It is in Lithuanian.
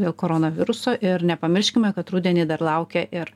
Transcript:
dėl koronaviruso ir nepamirškime kad rudenį dar laukia ir